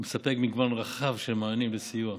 והוא מספק מגוון רחב של מענים לסיוע.